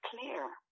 clear